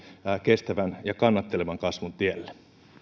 kestävän ja kannattelevan kasvun tielle